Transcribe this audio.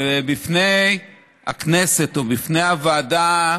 בפני הכנסת או בפני הוועדה,